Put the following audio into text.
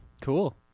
Cool